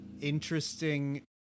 interesting